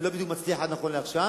אני לא בדיוק מצליח, עד נכון לעכשיו.